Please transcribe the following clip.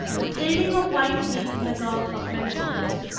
attaining a white heat in the gulf of mexico,